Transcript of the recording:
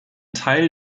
teil